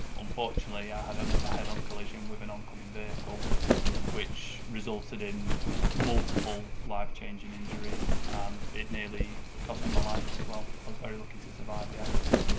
unfortunately, i had a head-on collision with an oncoming vehicle which resulted in multiple life-changing injuries and it nearly cost me my life as well, i was very lucky to survive the accident.